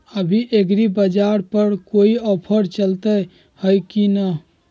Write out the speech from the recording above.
अभी एग्रीबाजार पर कोई ऑफर चलतई हई की न?